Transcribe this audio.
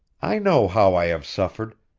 i know how i have suffered,